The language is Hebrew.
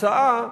הצעה